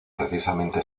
precisamente